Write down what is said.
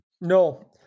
No